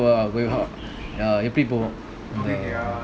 as in for எப்படிபோவோம்:eppadi povom